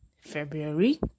February